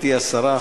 גברתי השרה,